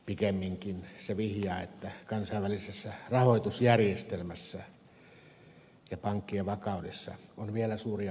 pikemminkin se vihjaa että kansainvälisessä rahoitusjärjestelmässä ja pankkien vakaudessa on vielä suuria ongelmia